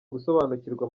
gusobanukirwa